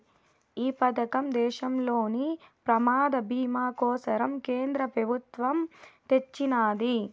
ఈ పదకం దేశంలోని ప్రమాద బీమా కోసరం కేంద్ర పెబుత్వమ్ తెచ్చిన్నాది